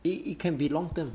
it can be long term